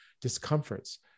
discomforts